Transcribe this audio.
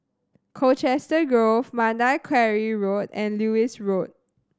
Colchester Grove Mandai Quarry Road and Lewis Road